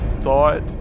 thought